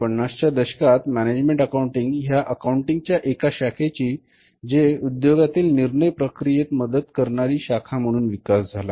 1950 च्या दशकात management accounting ह्या अकाउंटिंग च्या एका शाखेचे जी उद्योगातील निर्णय प्रक्रियेत मदत करणारी शाखा म्हणून विकास झाला